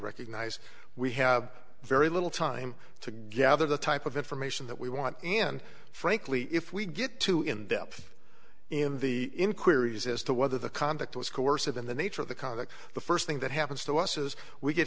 recognize we have very little time to gather the type of information that we want and frankly if we get to in depth in the inquiries as to whether the conduct was coercive in the nature of the conduct the first thing that happens to us is we get